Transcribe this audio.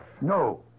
No